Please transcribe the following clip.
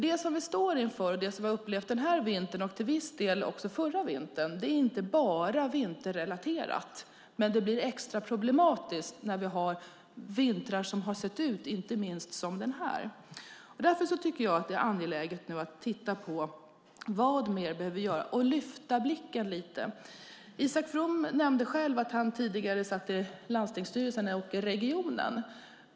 Det vi står inför den här vintern och till viss del också förra vintern är inte bara vinterrelaterat. Men det blir extra problematiskt när vi har haft vintrar som har sett ut som denna. Det är därför angeläget att titta på vad som mer behöver göras och lyfta blicken lite. Isak From nämnde själv att han tidigare satt i landstingstyrelsen och i regionstyrelsen.